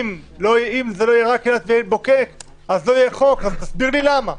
אם זה לא יהיה רק אילת ועין בוקק לא יהיה חוק תסביר לי למה.